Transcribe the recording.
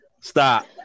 stop